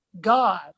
God